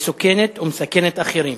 מסוכנת ומסכנת אחרים.